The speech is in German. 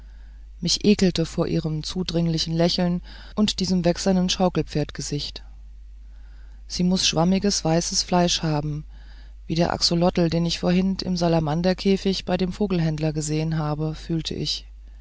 mich ekelte vor ihrem zudringlichen lächeln und diesem wächsernen schaukelpferdgesicht sie muß schwammiges weißes fleisch haben wie der axolotl den ich vorhin im salamanderkäfig bei dem vogelhändler gesehen habe fühlte ich